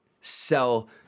sell